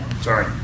Sorry